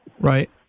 Right